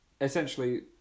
essentially